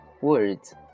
Words